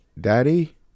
Daddy